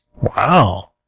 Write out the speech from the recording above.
Wow